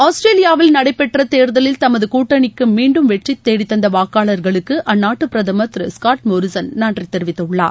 ஆஸ்திரேலியாவில் நடைபெற்ற தேர்தலில் தமது கூட்டணிக்கு மீண்டும் வெற்றி தேடிதந்த வாக்காளர்களுக்கு அந்நாட்டு பிரதமர் திரு ஸ்காட் மோரீசன் நன்றித் தெரிவித்துள்ளார்